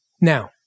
Now